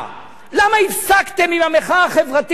למה הפסקתם עם המחאה החברתית נגדי?